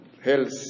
health